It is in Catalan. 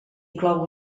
inclou